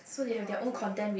a lot of